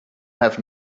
have